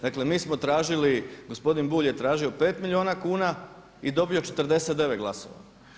Dakle mi smo tražili, gospodin Bulj je tražio pet milijuna kuna i dobio 49 glasova.